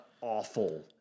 awful